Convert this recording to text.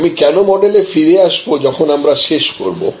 আমি 'ক্যানো' মডেলে ফিরে আসবো যখন আমরা শেষ করবো